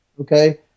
Okay